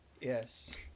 Yes